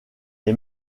est